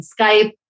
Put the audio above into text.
Skype